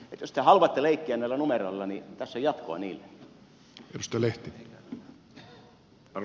jos te haluatte leikkiä näillä numeroilla niin tässä on jatkoa niille